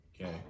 okay